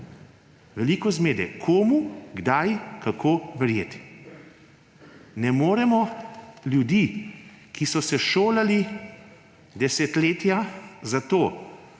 Veliko zmede, komu, kdaj, kako verjeti. Ne moremo ljudi, ki so se desetletja